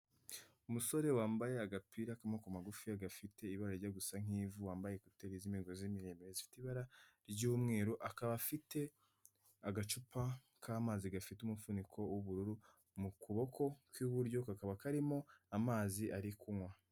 Umusore wambaye agapira k'amaboko magufi gafite ibarajya gusa nk'ivu wambaye ekuteri z'imigozi miremire zifite ibara ry'umweru, akaba afite agacupa k'amazi gafite umufuniko w'ubururu, mu kuboko kw'iburyo kakaba karimo amazi ari kunywa.